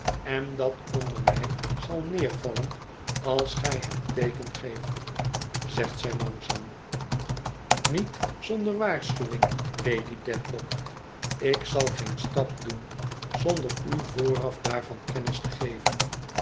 en dat onder mij zal neervallen als gi het teeken geeft zegt zij langzaam niet zonder waarschuwing lady dediock ik zal geen stap doen zonder u vooraf daarvan kennis te geven